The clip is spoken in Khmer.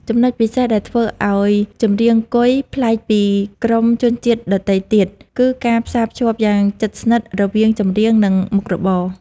ចំណុចពិសេសដែលធ្វើឲ្យចម្រៀងគុយប្លែកពីក្រុមជនជាតិដទៃទៀត គឺការផ្សារភ្ជាប់យ៉ាងជិតស្និទ្ធរវាង ចម្រៀង និង មុខរបរ ។